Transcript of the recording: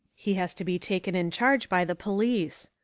he has to be taken in charge by the police.